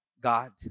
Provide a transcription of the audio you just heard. God